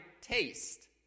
taste